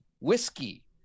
whiskey